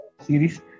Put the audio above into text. series